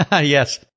Yes